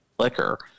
liquor